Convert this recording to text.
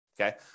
okay